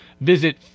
Visit